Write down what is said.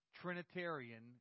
Trinitarian